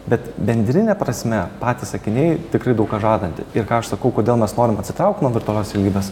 bet bendrine prasme patys akiniai tikrai daug ką žadanti ir ką aš sakau kodėl mes norim atsitraukt nuo virtualios realybės